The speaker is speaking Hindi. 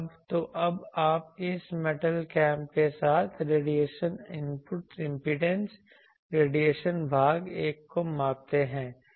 तो अब आप इस मैटल कैप के साथ रेडिएशन इनपुट इम्पीडेंस रेडिएशन भाग एक को मापते हैं